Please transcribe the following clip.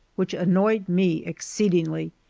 which annoyed me exceedingly,